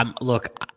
Look